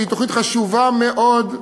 שהיא תוכנית חשובה מאוד,